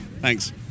Thanks